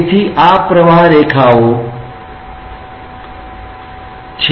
તેથી આ પ્રવાહરેખાઓ છે